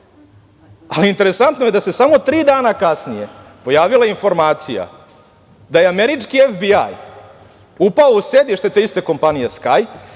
ali interesantno je da se samo tri dana kasnije pojavila informacija da je američki FBI upao u sedište iste kompanije "Sky",